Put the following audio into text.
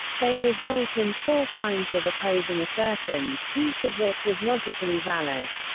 they result in four kinds of opposing assertions, each of which is logically valid.